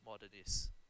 modernist